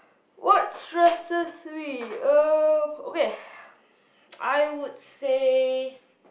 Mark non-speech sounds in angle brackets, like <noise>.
what stresses me um okay <breath> I would say